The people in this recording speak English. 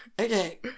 Okay